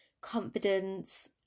confidence